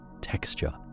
texture